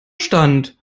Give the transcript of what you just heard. stand